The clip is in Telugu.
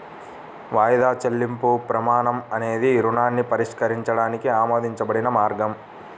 వాయిదా చెల్లింపు ప్రమాణం అనేది రుణాన్ని పరిష్కరించడానికి ఆమోదించబడిన మార్గం